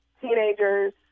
teenagers